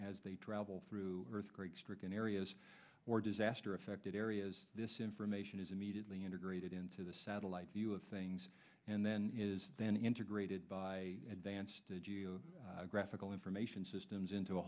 as they travel through earthquake stricken areas or disaster affected areas this information is immediately integrated into the satellite view of things and then is then integrated by advanced to geo graphical information systems into a